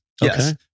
Yes